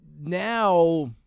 now